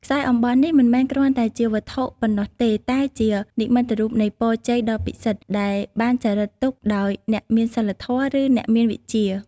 ខ្សែអំបោះនេះមិនមែនគ្រាន់តែជាវត្ថុប៉ុណ្ណោះទេ តែជា និមិត្តរូបនៃពរជ័យដ៏ពិសិដ្ឋ ដែលបានចារឹកទុកដោយអ្នកមានសីលធម៌ ឬអ្នកមានវិជ្ជា។